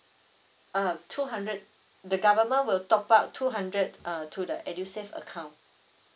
uh two hundred the government will top up two hundred uh to the edusave account